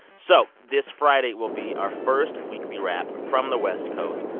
so this friday will be our first weekly wrap from the west coast.